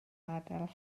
ardal